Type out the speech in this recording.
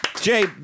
Jay